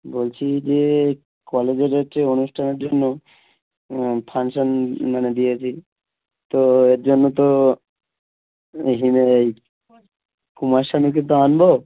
বলছি যে কলেজের হচ্ছে অনুষ্ঠানের জন্য ফাংশান মানে যে আছে তো এর জন্য তো কুমার শানুকে তো আনবো